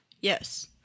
Yes